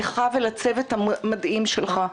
לך ולצוות המדהים שלך.